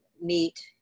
meet